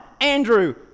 Andrew